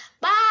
Bye